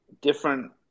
different